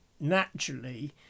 naturally